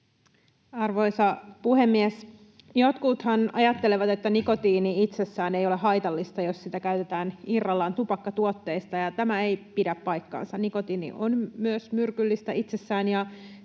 Arvoisa puhemies! Jotkuthan ajattelevat, että nikotiini itsessään ei ole haitallista, jos sitä käytetään irrallaan tupakkatuotteista. Tämä ei pidä paikkaansa. Nikotiini on myrkyllistä myös itsessään,